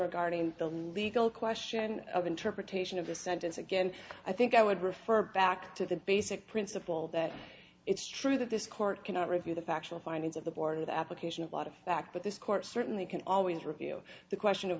regarding the legal question of interpretation of the sentence again i think i would refer back to the basic principle that it's true that this court cannot review the factual findings of the board in the application of lot of fact but this court certainly can always review the question of